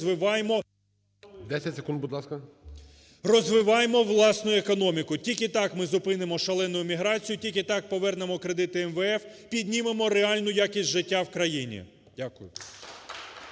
Розвиваємо власну економіку, тільки так ми зупинимо шалену міграцію, тільки так повернемо кредити МВФ, піднімемо реальну якість життя в країні. Дякую.